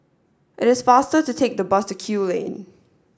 it is faster to take the bus to Kew Lane